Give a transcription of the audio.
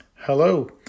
Hello